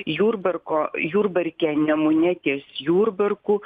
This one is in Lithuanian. jurbarko jurbarke nemune ties jurbarku